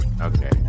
Okay